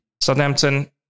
Southampton